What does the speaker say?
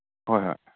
ꯍꯣꯏ ꯍꯣꯏ